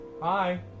Hi